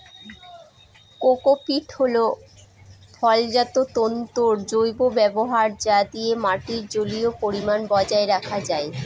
cocopeat হল ফলজাত তন্তুর জৈব ব্যবহার যা দিয়ে মাটির জলীয় পরিমান বজায় রাখা যায়